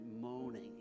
moaning